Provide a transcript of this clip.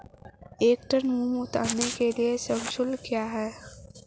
एक टन मूंग उतारने के लिए श्रम शुल्क क्या है?